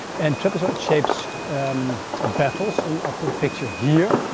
and trapezoid shapes um baffles, and i'll put a picture here,